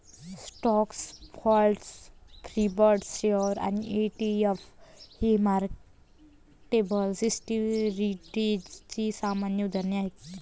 stocks, bonds, preferred shares आणि ETF ही marketable सिक्युरिटीजची सामान्य उदाहरणे आहेत